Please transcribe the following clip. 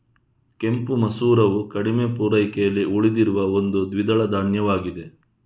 ಕೆಂಪು ಮಸೂರವು ಕಡಿಮೆ ಪೂರೈಕೆಯಲ್ಲಿ ಉಳಿದಿರುವ ಒಂದು ದ್ವಿದಳ ಧಾನ್ಯವಾಗಿದೆ